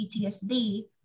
PTSD